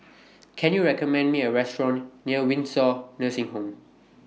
Can YOU recommend Me A Restaurant near Windsor Nursing Home